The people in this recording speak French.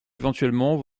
éventuellement